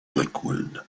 liquid